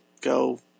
go